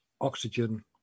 oxygen